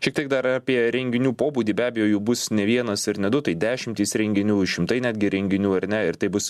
šiek tiek dar apie renginių pobūdį be abejo jų bus ne vienas ir ne du tai dešimtys renginių šimtai netgi renginių ar ne ir tai bus